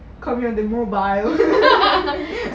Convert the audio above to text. call me on the mobile